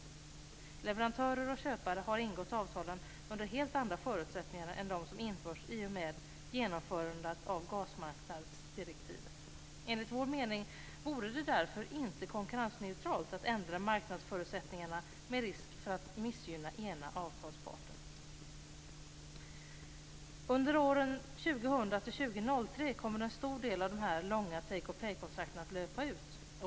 Leverantörer och köpare har ingått avtalen under helt andra förutsättningar än dem som införts i och med genomförandet av gasmarknadsdirektivet. Enligt vår mening vore det därför inte konkurrensneutralt att ändra marknadsförutsättningarna med risk för att missgynna den ena avtalsparten. Under åren 2000-2003 kommer en stor del av de här långa take or pay-kontrakten att löpa ut.